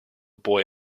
boy